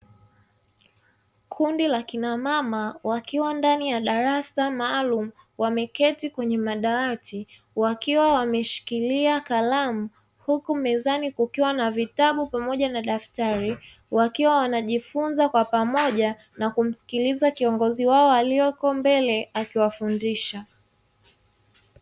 Kundi la kina mama wakiwa ndani ya darasa maalumu, wameketi kwenye madawati, wakiwa wameshikilia kalamu huku mezani kukiwa na vitabu pamoja na daftari, wakiwa wanajifunza kwa pamoja na kumsikiliza kiongozi wao walioko mbele akiwafundisha.